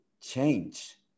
change